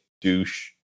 douche